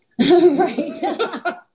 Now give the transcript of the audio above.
Right